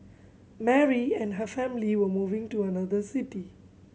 Mary and her family were moving to another city